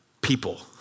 people